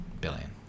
billion